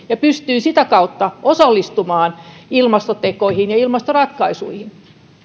ja pystyy sitä kautta osallistumaan ilmastotekoihin ja ilmastoratkaisuihin